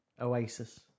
Oasis